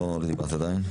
בבקשה.